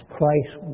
Christ